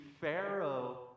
Pharaoh